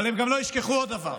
אבל הם גם לא ישכחו עוד דבר,